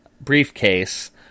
briefcase